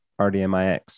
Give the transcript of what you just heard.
RDMIX